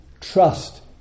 trust